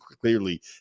clearly